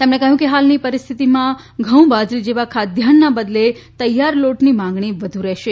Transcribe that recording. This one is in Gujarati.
તેમણે કહ્યું કે હાલની પરિસ્થિતિમાં ઘઉં બાજરી જેવા ખાદ્યાન્નના બદલે તૈયાર લોટની માંગણી વધુ રહેશે